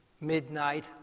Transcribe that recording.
Midnight